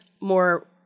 more